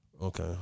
Okay